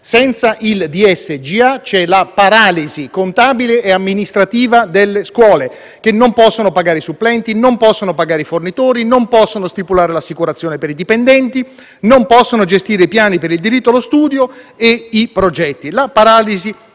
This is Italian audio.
Senza il DSGA c'è la paralisi contabile e amministrativa delle scuole, che non possono pagare i supplenti e i fornitori, non possono stipulare l'assicurazione per i dipendenti, non possono gestire i piani per il diritto allo studio e i progetti. Ripeto, la paralisi totale.